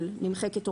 התשל"ג 1973 (1)בסעיף 1,